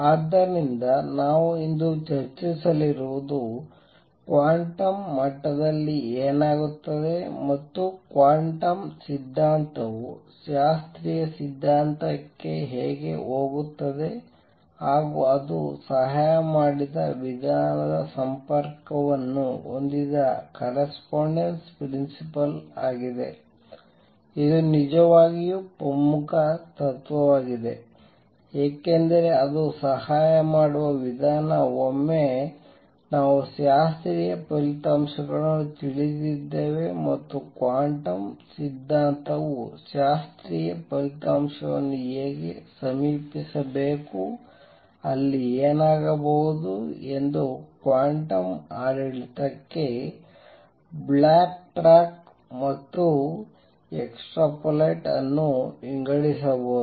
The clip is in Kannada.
ಆದ್ದರಿಂದ ನಾವು ಇಂದು ಚರ್ಚಿಸಲಿರುವುದು ಕ್ವಾಂಟಮ್ ಮಟ್ಟದಲ್ಲಿ ಏನಾಗುತ್ತದೆ ಮತ್ತು ಕ್ವಾಂಟಮ್ ಸಿದ್ಧಾಂತವು ಶಾಸ್ತ್ರೀಯ ಸಿದ್ಧಾಂತಕ್ಕೆ ಹೇಗೆ ಹೋಗುತ್ತದೆ ಹಾಗೂ ಅದು ಸಹಾಯ ಮಾಡಿದ ವಿಧಾನದ ಸಂಪರ್ಕವನ್ನು ಹೊಂದಿದ ಕರಸ್ಪಾಂಡೆನ್ಸ್ ಪ್ರಿನ್ಸಿಪಲ್ ಆಗಿದೆ ಇದು ನಿಜವಾಗಿಯೂ ಪ್ರಮುಖ ತತ್ವವಾಗಿದೆ ಏಕೆಂದರೆ ಅದು ಸಹಾಯ ಮಾಡುವ ವಿಧಾನ ಒಮ್ಮೆ ನಾವು ಶಾಸ್ತ್ರೀಯ ಫಲಿತಾಂಶಗಳನ್ನು ತಿಳಿದಿದ್ದೇವೆ ಮತ್ತು ಕ್ವಾಂಟಮ್ ಸಿದ್ಧಾಂತವು ಶಾಸ್ತ್ರೀಯ ಫಲಿತಾಂಶವನ್ನು ಹೇಗೆ ಸಮೀಪಿಸಬೇಕು ಅಲ್ಲಿ ಏನಾಗಬಹುದು ಎಂದು ಕ್ವಾಂಟಮ್ ಆಡಳಿತಕ್ಕೆ ಬ್ಯಾಕ್ಟ್ರಾಕ್ ಮತ್ತು ಎಕ್ಸ್ಟ್ರೊಪೊಲೇಟ್ ಅನ್ನು ವಿಂಗಡಿಸಬಹುದು